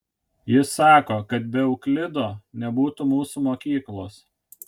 jis sako kad be euklido nebūtų mūsų mokyklos